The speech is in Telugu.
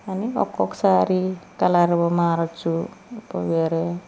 కానీ ఒక్కొక్కసారి కలరు మారచ్చు ఇంకా వేరే